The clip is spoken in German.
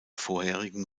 vorherigen